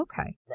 Okay